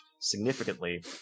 significantly